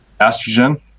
Estrogen